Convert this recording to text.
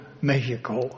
Mexico